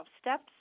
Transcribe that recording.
Steps